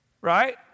Right